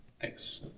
thanks